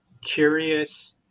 Curious